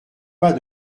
pas